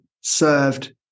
served